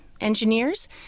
engineers